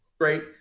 great